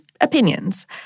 opinions